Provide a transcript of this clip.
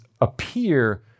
appear